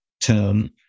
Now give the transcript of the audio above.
term